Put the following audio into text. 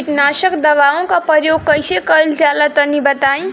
कीटनाशक दवाओं का प्रयोग कईसे कइल जा ला तनि बताई?